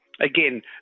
Again